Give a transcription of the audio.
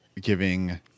giving